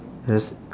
yes